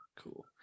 Cool